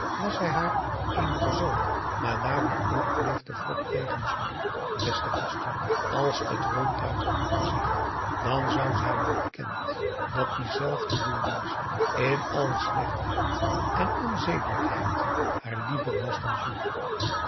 was hij haar eenige zoon maar daarom ook bleef de wrok tegen julie des te vaster als ze het ronduit had moeten zeggen dan zou ze hebben bekend dat diezelfde louise in alle slechtheid en onzedelijkheid haar liever was dan julie